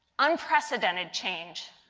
unprecedented change.